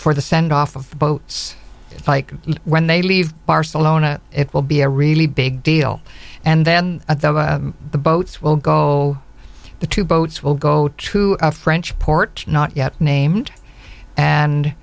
for the send off of the boats like when they leave barcelona it will be a really big deal and then the boats will go the two boats will go to a french port not yet named and